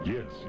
Yes